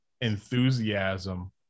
enthusiasm